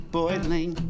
boiling